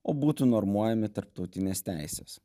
o būtų normuojami tarptautinės teisės